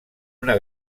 una